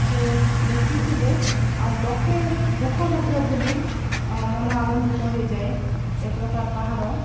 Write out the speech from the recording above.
ଯେ ଦେଖୁଥିଲେ ଆଉ ଲୋକେ ଦୁଃଖ ମଧ୍ୟ ଭୁଲି ମନ ଆନନ୍ଦିତ ହେଇଯାଏ ଏ ପ୍ରକାର ପାହାଡ଼